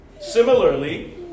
Similarly